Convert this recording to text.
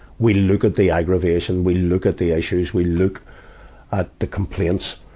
we look at the aggravation, we look at the issues, we look at the complaints.